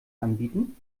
anbieten